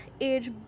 age